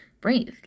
breathe